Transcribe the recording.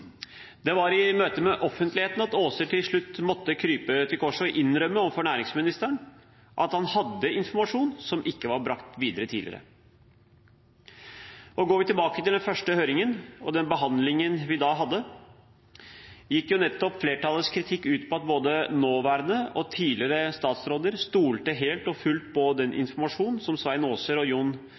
Det var i møte med offentligheten at Aaser til slutt måtte krype til korset og innrømme overfor næringsministeren at han hadde informasjon som ikke var brakt videre tidligere. Går vi tilbake til den første høringen og den behandlingen vi da hadde, gikk flertallets kritikk nettopp ut på at både nåværende og tidligere statsråder stolte helt og fullt på den informasjon som Svein Aaser og